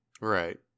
Right